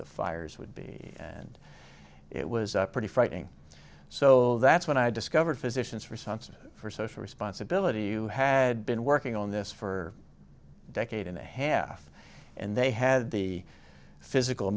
the fires would be and it was pretty frightening so that's when i discovered physicians responsible for social responsibility you had been working on this for a decade and a half and they had the physical